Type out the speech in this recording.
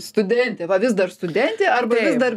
studentė va vis dar studentė arba dar